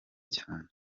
cyane